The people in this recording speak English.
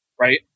right